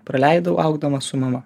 praleidau augdamas su mama